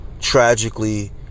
Tragically